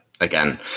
again